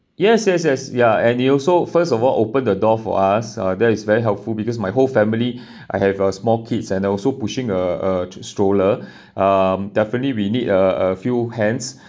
yes yes yes ya and he also first of all open the door for us uh that is very helpful because my whole family I have a small kids and also pushing a a a stroller um definitely we need a a a few hands